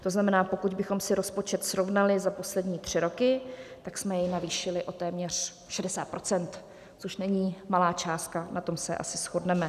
To znamená, pokud bychom si rozpočet srovnali za poslední tři roky, tak jsme jej navýšili o téměř 60 %, což není malá částka, na tom se asi shodneme.